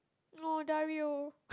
oh Dario